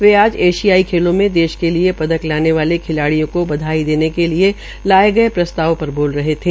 वे आज एशियाई खेलो में देश के लिए पदक लाने वाले खिलाड़ियों को बधाई देने के लिए लाये गये प्रस्ताव पर बोल रहे थे